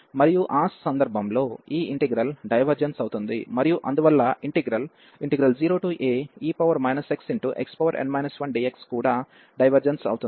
మరియు ఆ సందర్భంలో ఈ ఇంటిగ్రల్ డైవర్జెన్స్ అవుతుంది మరియు అందువల్ల ఇంటిగ్రల్ 0ae xxn 1dx కూడా డైవర్జెన్స్ అవుతుంది